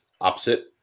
opposite